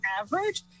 average